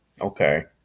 Okay